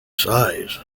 size